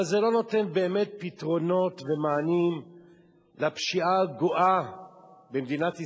אבל זה לא נותן באמת פתרונות ומענים לפשיעה הגואה במדינת ישראל.